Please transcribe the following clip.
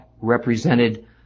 represented